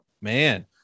man